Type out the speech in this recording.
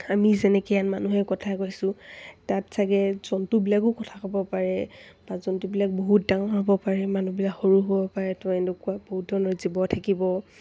আমি যেনেকৈ ইয়াত মানুহে কথা কৈছোঁ তাত চাগে জন্তুবিলাকেও কথা ক'ব পাৰে বা জন্তুবিলাক বহুত ডাঙৰ হ'ব পাৰে মানুহবিলাক সৰু হ'ব পাৰে ত' এনেকুৱা বহুত ধৰণৰ জীৱ থাকিব